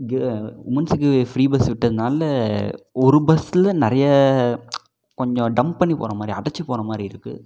உமன்ஸுக்கு free bus விட்டதுனால ஒரு பஸ்ஸில் நிறைய கொஞ்சம் டம்ப் பண்ணி போகிற மாதிரி அடைச்சு போகிற மாதிரி இருக்கு